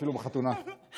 אפילו בחתונה.